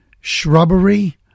shrubbery